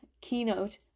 keynote